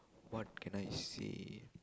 what can I see